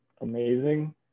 amazing